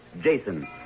Jason